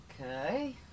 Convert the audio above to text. Okay